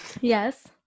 yes